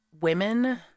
Women